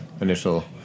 initial